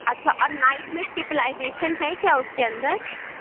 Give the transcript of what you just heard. اچھا اور نائٹ میں سپلائزیشن ہے کیا اُس کے اندر